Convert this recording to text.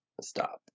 Stop